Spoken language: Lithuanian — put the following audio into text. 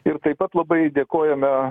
ir taip pat labai dėkojame